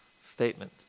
statement